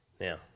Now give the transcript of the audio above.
now